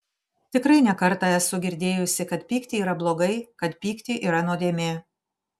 tikrai ne kartą esu girdėjusi kad pykti yra blogai kad pykti yra nuodėmė